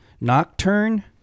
Nocturne